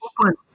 open